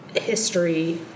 history